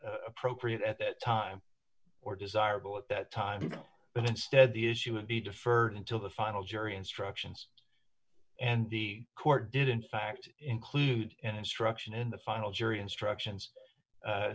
appropriate at that time or desirable at that time but instead the issue would be deferred until the final jury instructions and the court did in fact include instruction in the final jury instructions